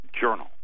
Journal